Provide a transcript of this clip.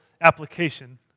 application